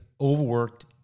overworked